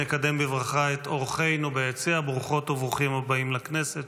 נקדם בברכה את אורחינו ביציע: ברוכות וברוכים הבאים לכנסת.